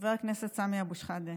חבר הכנסת סמי אבו שחאדה,